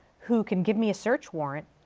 who can give me a search warrant.